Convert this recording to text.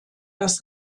das